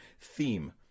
theme